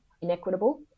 inequitable